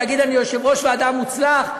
להגיד: אני יושב-ראש ועדה מוצלח.